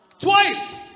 Twice